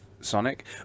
Sonic